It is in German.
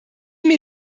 mir